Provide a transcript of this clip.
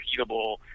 repeatable